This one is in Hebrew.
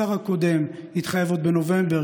השר הקודם התחייב עוד בנובמבר,